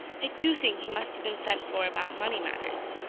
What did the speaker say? i do think he must have been sent for about money matters,